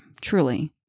truly